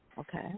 Okay